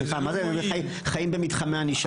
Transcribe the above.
מה זה "חיים במתחמי ענישה",